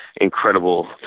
incredible